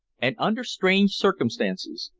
and under strange circumstances.